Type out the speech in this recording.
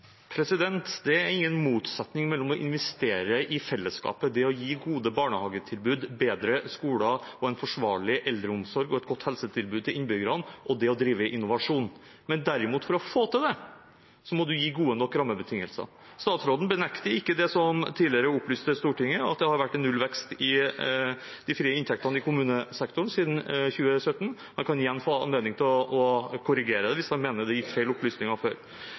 Det er ingen motsetning mellom å investere i fellesskapet – det å gi gode barnehagetilbud, bedre skoler, en forsvarlig helseomsorg og et godt helsetilbud til innbyggerne – og det å drive innovasjon. Skal man derimot få til det, må man gi gode nok rammebetingelser. Statsråden benekter ikke det som tidligere er opplyst til Stortinget, at det har vært en nullvekst i de frie inntektene i kommunesektoren siden 2017. Han kan igjen få anledning til å korrigere det hvis han mener det er gitt feil opplysninger før.